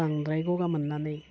बांद्राय गगा मोननानै